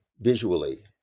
visually